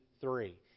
three